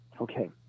Okay